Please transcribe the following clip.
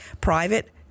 private